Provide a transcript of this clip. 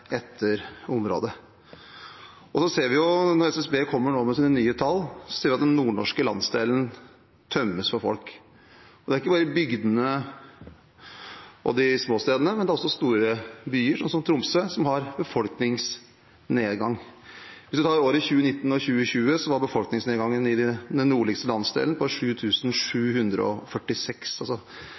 område etter område. Når SSB nå kommer med sine nye tall, ser vi at den nordnorske landsdelen tømmes for folk, og det er ikke bare bygdene og de små stedene, men det er også store byer, sånn som Tromsø, som har befolkningsnedgang. Hvis vi tar årene 2019 og 2020, var befolkningsnedgangen i den nordligste landsdelen på